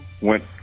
went